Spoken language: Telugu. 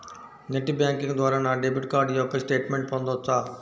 నెట్ బ్యాంకింగ్ ద్వారా నా డెబిట్ కార్డ్ యొక్క స్టేట్మెంట్ పొందవచ్చా?